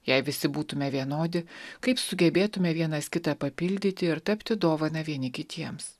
jei visi būtume vienodi kaip sugebėtume vienas kitą papildyti ir tapti dovana vieni kitiems